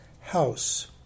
house